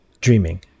dreaming